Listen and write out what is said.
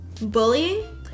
Bullying